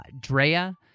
drea